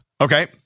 Okay